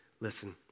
Listen